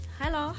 Hello